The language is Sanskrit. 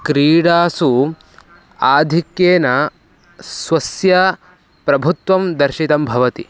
क्रीडासु आधिक्येन स्वस्य प्रभुत्वं दर्शितं भवति